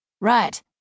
Right